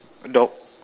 dog